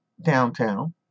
downtown